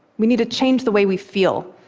we need to change the way we feel.